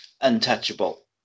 untouchable